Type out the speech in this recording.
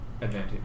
advantage